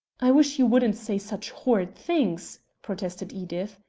i wish you wouldn't say such horrid things, protested edith.